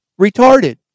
Retarded